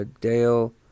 Dale